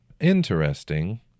Interesting